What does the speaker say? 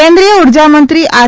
કેન્દ્રીય ઉર્જામંત્રી આર